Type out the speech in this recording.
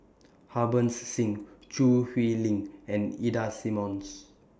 Harbans Singh Choo Hwee Lim and Ida Simmons